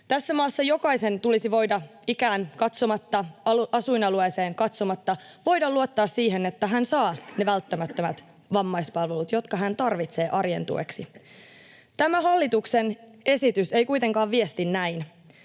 Tässä maassa jokaisen tulisi voida ikään katsomatta, asuinalueeseen katsomatta voida luottaa siihen, että hän saa ne välttämättömät vammaispalvelut, jotka hän tarvitsee arjen tueksi. Tämä hallituksen esitys ei kuitenkaan viesti näin.